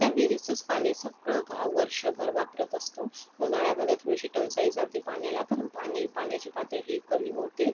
त्या विहिरीचंच पाणी सगळं गाव वर्षभर वापरत असतो उन्हाळ्यामध्ये थोडीशी टंचाई जाते पाण्याला कारण पाणी पाण्याची पातळी कमी होते